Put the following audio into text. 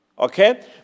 Okay